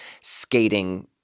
skating